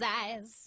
eyes